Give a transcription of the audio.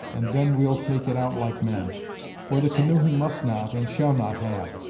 and then we'll take it out like men for the canoe he must not, and shall not have.